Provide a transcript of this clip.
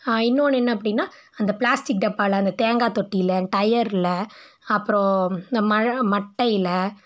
இன்னொன்னு என்ன அப்படின்னா அந்த பிளாஸ்டிக் டப்பாவில் அந்த தேங்காத் தொட்டியில் டயரில் அப்பறம் இந்த மழை மட்டையில்